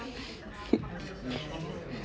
hmm